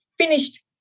finished